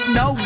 no